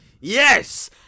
Yes